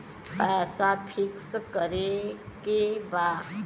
पैसा पिक्स करके बा?